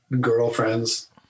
girlfriends